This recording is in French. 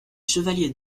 chevalier